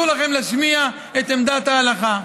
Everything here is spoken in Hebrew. אסור לכם להשמיע את עמדת ההלכה.